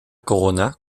corona